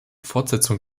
fortsetzung